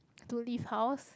to leave house